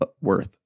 worth